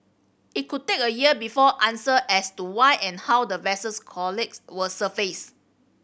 it could take a year before answer as to why and how the vessels will surface